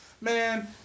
Man